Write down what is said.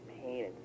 pain